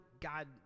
God